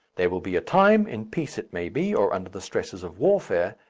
there will be a time, in peace it may be, or under the stresses of warfare,